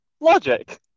Logic